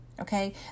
Okay